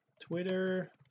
twitter